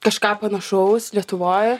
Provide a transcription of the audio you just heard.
kažką panašaus lietuvoj